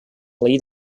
lead